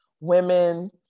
women